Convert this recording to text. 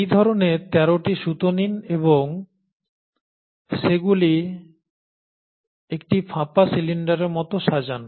এই ধরনের 13টি সুতো নিন এবং সেগুলি একটি ফাঁকা সিলিন্ডারের মতো সাজান